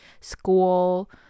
school